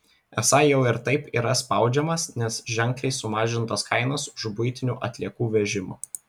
esą jau ir taip yra spaudžiamas nes ženkliai sumažintos kainos už buitinių atliekų vežimą